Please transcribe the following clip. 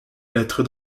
lettre